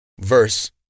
Verse